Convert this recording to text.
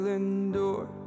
endure